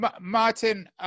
Martin